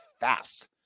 fast